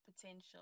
potential